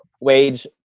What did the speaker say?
wage